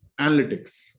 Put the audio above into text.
analytics